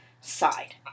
side